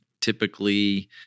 typically